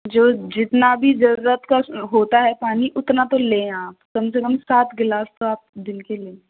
जो जितना भी जरुरत का होता है पानी उतना तो ले आप कम से कम सात ग्लास तो आप दिन के ले